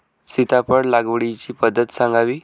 सीताफळ लागवडीची पद्धत सांगावी?